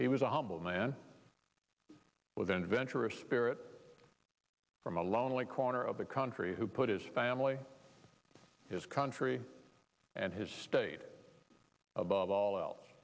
he was a humble man with an adventurous spirit from a lonely corner of the country who put his family his country and his state above all else